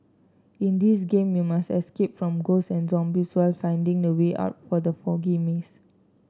in this game you must escape from ghosts and zombies while finding the way out from the foggy maze